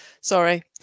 Sorry